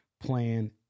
Plan